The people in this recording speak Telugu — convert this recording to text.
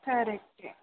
సరే అయితే